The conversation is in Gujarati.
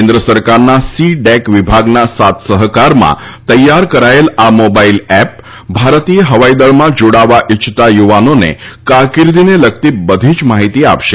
કેન્દ્ર સરકારના સી ડેક વિભાગના સાથ સહકારમાં તૈયાર કરાયેલ આ મોબાઇલ એપ ભારતીય હવાઈદળમાં જોડાવા ઇચ્છતા યુવાનોને કારકીર્દીને લગતી બધી જ માહિતી આપશે